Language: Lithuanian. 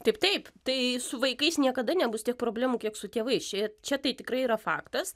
taip taip tai su vaikais niekada nebus tiek problemų kiek su tėvais čia čia tai tikrai yra faktas